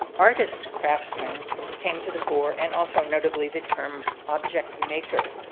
artist craftsmen came to the fore, and also noticeably the term object maker.